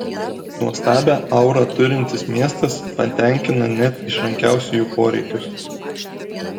nuostabią aurą turintis miestas patenkina net išrankiausiųjų poreikius